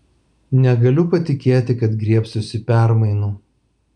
negaliu patikėti kad griebsiuosi permainų